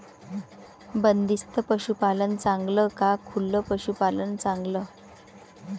बंदिस्त पशूपालन चांगलं का खुलं पशूपालन चांगलं?